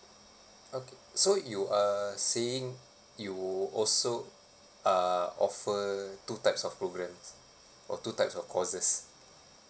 okay so you uh saying you also uh offer two types of programmes or two types of courses